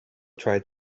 tried